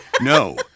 No